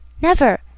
Never